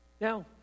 Now